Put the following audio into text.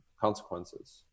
consequences